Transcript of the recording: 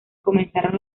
comenzaron